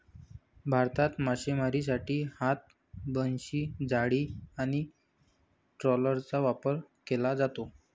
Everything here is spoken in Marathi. भारतात मासेमारीसाठी हात, बनशी, जाळी आणि ट्रॉलरचा वापर केला जातो